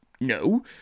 no